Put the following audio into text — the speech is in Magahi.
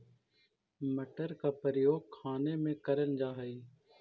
मटर का प्रयोग खाने में करल जा हई